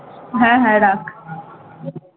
হ্যাঁ হ্যাঁ রাখ